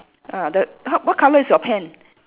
ah the h~ what colour is your pen